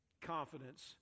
confidence